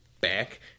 back